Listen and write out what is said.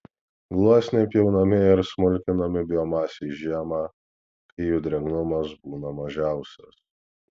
gluosniai pjaunami ir smulkinami biomasei žiemą kai jų drėgnumas būna mažiausias